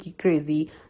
crazy